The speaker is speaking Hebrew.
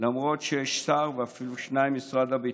למרות שיש שר, ואפילו שניים, במשרד הביטחון.